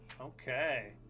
Okay